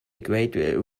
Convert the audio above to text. great